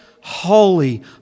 Holy